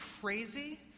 crazy